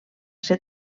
ser